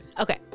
Okay